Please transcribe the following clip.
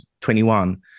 21